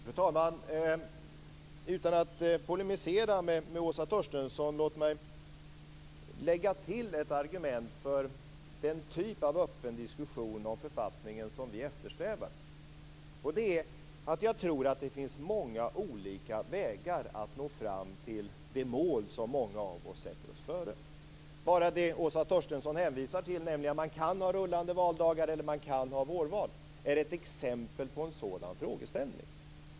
Fru talman! Utan att polemisera mot Åsa Torstensson vill jag lägga till ett argument för den typ av öppen diskussion om författningen som vi eftersträvar, nämligen att jag tror att det finns många olika vägar att nå fram till det mål som många av oss sätter oss före. Bara det som Åsa Torstensson hänvisade till, att man kan ha rullande valdagar eller att man kan ha vårval, är ett exempel på en sådan frågeställning.